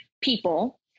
people